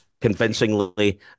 convincingly